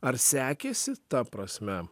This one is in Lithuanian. ar sekėsi ta prasme